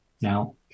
Now